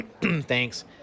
thanks